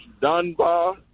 Dunbar